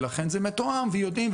ולכן זה מתואם ויודעים,